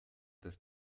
das